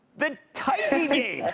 the titan games.